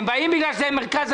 אם הוא לא יגיד את זה,